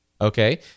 okay